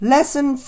Lesson